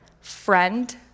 friend